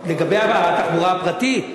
לגבי התחבורה הפרטית,